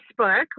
Facebook